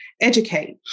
educate